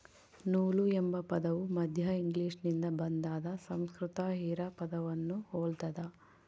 ನೂಲು ಎಂಬ ಪದವು ಮಧ್ಯ ಇಂಗ್ಲಿಷ್ನಿಂದ ಬಂದಾದ ಸಂಸ್ಕೃತ ಹಿರಾ ಪದವನ್ನು ಹೊಲ್ತದ